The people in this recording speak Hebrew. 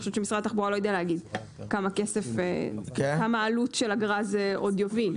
אני חושבת שמשרד התחבורה לא יודע להגיד כמה עלות של אגרה זה עוד יוביל.